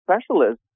specialist